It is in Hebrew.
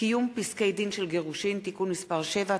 (קיום פסקי-דין של גירושין) (תיקון מס' 7),